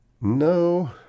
No